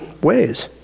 Ways